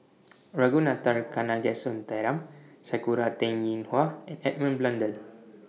Ragunathar Kanagasuntheram Sakura Teng Ying Hua and Edmund Blundell